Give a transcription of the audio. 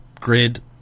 grid